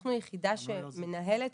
אנחנו יחידה שמנהלת,